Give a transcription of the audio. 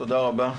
תודה רבה.